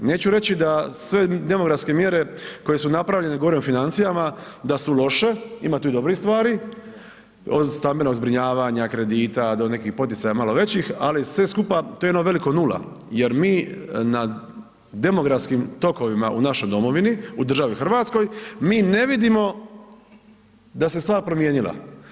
Neću reći da sve demografske mjere koje su napravljene, govorim o financijama, da su loše, ima tu i dobrih stvari od stambenog zbrinjavanja, kredita do nekih poticaja malo većih, ali sve skupa to je jedno veliko nula jer mi na demografskim tokovima u našoj domovini u državi Hrvatskoj mi ne vidimo da se stvar promijenila.